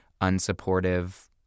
unsupportive